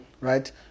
right